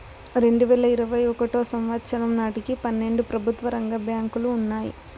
రెండువేల ఇరవై ఒకటో సంవచ్చరం నాటికి పన్నెండు ప్రభుత్వ రంగ బ్యాంకులు ఉన్నాయి